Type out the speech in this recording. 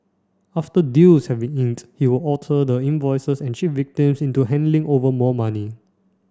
after deals had been inked he would alter the invoices an cheat victims into handing over more money